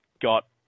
got